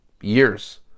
years